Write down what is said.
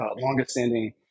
longest-standing